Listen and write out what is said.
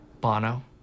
Bono